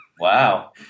Wow